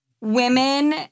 women